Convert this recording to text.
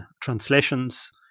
translations